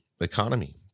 economy